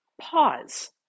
pause